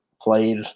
Played